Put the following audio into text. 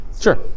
Sure